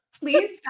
please